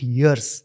years